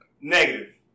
Negative